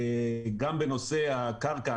גם בנושא הקרקע,